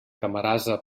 camarasa